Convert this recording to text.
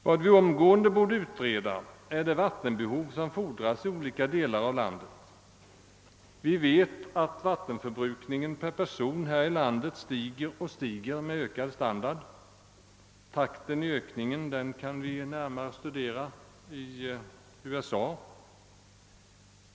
Vad vi omgående borde utreda är vattenbehovet i olika delar av landet. Vi vet att vattenförbrukningen per person här i landet stiger med ökad standard. Takten i ökningen kan vi närmare studera i USA.